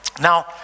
Now